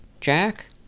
Jack